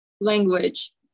language